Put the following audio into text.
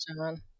John